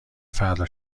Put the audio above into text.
فردا